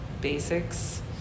basics